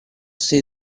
see